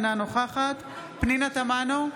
אינה נוכחת פנינה תמנו,